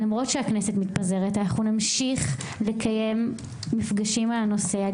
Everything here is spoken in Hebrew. למרות שהכנסת מתפזרת אנחנו נמשיך לקיים מפגשים על הנושא.